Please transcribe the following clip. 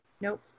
nope